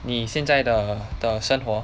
你现在的的生活